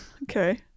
Okay